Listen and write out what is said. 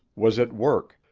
was at work,